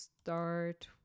start